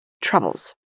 troubles